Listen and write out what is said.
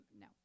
no